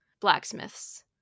blacksmiths